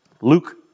Luke